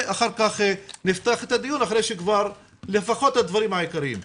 ואחר כך נפתח את הדיון אחרי שכבר לפחות נעבור על הדברים העיקריים.